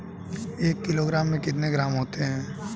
एक किलोग्राम में कितने ग्राम होते हैं?